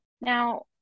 Now